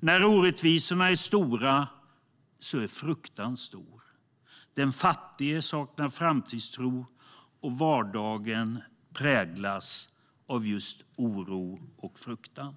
När orättvisorna är stora är fruktan stor. Den fattige saknar framtidstro, och vardagen präglas av just oro och fruktan.